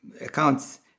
accounts